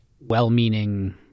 well-meaning